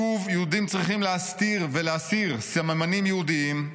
שוב יהודים צריכים להסתיר ולהסיר סממנים יהודיים,